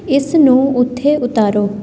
ਇਸ ਨੂੰ ਉੱਥੇ ਉਤਾਰੋ